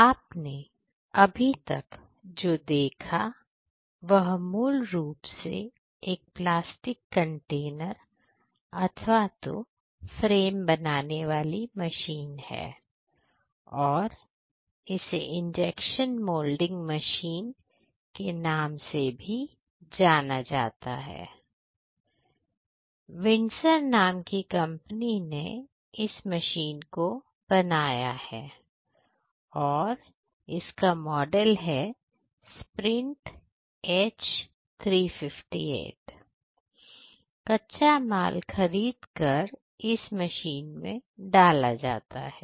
आपने अभी तक जो देखा वह मूल रूप से एक प्लास्टिक कंटेनर अथवा तो फ्रेम बनाने वाली मशीन है और इसे इंजेक्शन मोल्डिंग मशीन नाम की कंपनी ने इस मशीन को बनाया है और इसका मॉडल है sprint H 358 कच्चा माल खरीद कर इस मशीन में डाला जाता है